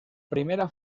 primera